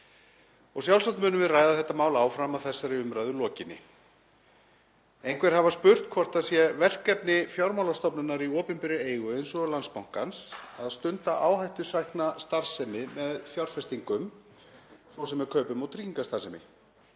Og sjálfsagt munum við ræða þetta mál áfram að þessari umræðu lokinni. Einhverjir hafa spurt hvort það sé verkefni fjármálastofnunar í opinberri eigu eins og Landsbankans að stunda áhættusækna starfsemi með fjárfestingum, svo sem með kaupum og tryggingastarfsemi.